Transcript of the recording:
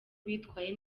bitwaye